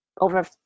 over